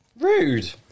Rude